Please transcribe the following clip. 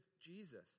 Jesus